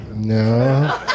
No